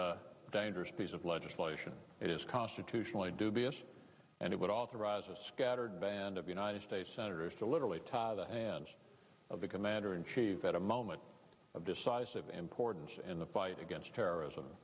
a dangerous piece of legislation it is constitutionally dubious and it would authorize a scattered band of united states senators to literally tie the hands of the commander in chief at a moment of decisive importance in the quiet against terrorism